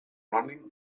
running